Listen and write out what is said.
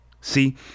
See